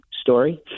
story